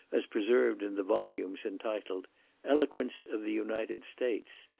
as preserved in the volumes intitled eloquence of the united states,